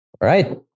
Right